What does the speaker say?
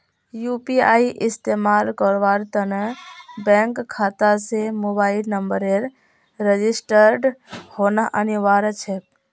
UPI इस्तमाल करवार त न बैंक खाता स मोबाइल नंबरेर रजिस्टर्ड होना अनिवार्य छेक